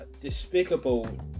despicable